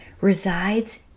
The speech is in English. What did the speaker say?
resides